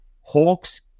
Hawks